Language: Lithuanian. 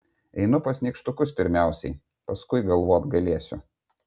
einu pas nykštukus pirmiausiai paskui galvot galėsiu